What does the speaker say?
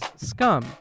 scum